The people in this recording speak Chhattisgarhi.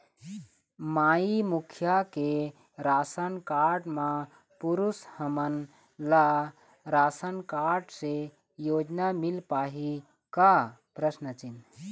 माई मुखिया के राशन कारड म पुरुष हमन ला राशन कारड से योजना मिल पाही का?